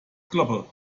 kloppe